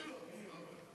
תני לו, מה הבעיה?